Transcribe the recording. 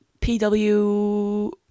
PW